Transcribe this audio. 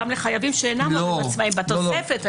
גם לחייבים שאינם הורים עצמאיים בתוספת.